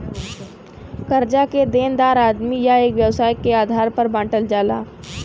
कर्जा के देनदार आदमी या एक व्यवसाय के आधार पर बांटल जाला